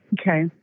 Okay